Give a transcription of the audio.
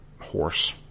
horse